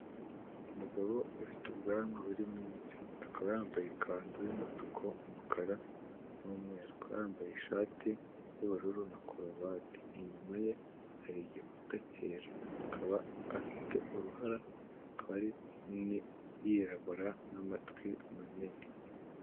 Umugabo ufite ubwanwa burimo imvi, akaba yambaye ikanzu y'umutuku, umukara, n'umweru, akaba yambaye ishati y'ubururu na karuvati, inyuma ye hari igikuta cyera, akaba afite uruhara akaba yirabura n'amatwi manini.